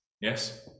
Yes